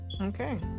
Okay